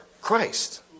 Christ